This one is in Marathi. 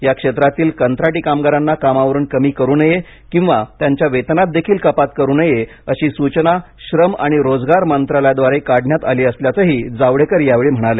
या क्षेत्रातील कंत्राटी कामगारांना कामावरून कमी करू नये किंवा त्यांच्या वेतनातदेखील कपात करू नये अशी सूचना श्रम आणि रोजगार मंत्रालयाद्वारे काढण्यात आली असल्याचंही जावडेकर यावेळी म्हणाले